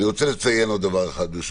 ברשותכם, חבריי, אני רוצה לציין עוד דבר אחד.